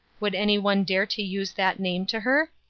would anyone dare to use that name to her?